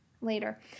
later